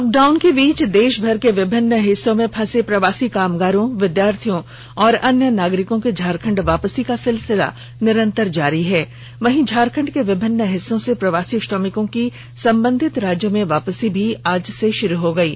lockdown के बीच देषभर के विभिन्न हिस्सों में फंसे प्रवासी कामगारों विद्यार्थियों और अन्य नागरिकों के झारखंड वापसी का सिलसिला निरंतर जारी है वहीं झारखंड के विभिन्न हिस्सों से प्रवासी श्रमिकों की संबंधित राज्यों में वापसी भी आज से श्रू हो गयी